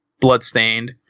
Bloodstained